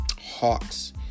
Hawks